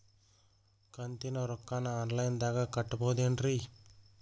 ಕಂತಿನ ರೊಕ್ಕನ ಆನ್ಲೈನ್ ದಾಗ ಕಟ್ಟಬಹುದೇನ್ರಿ?